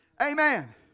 Amen